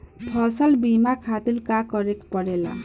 फसल बीमा खातिर का करे के पड़ेला?